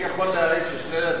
אני יכול להעיד ששנלר,